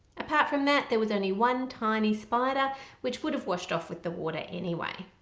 apart from that there was only one tiny spider which would have washed off with the water anyway.